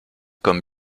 comme